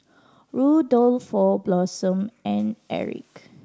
Rudolfo Blossom and Erich